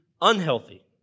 unhealthy